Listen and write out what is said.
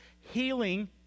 healing